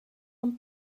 and